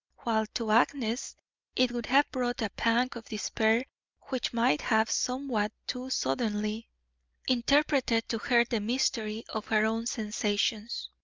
while to agnes it would have brought a pang of despair which might have somewhat too suddenly interpreted to her the mystery of her own sensations.